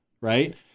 Right